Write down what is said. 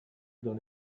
dans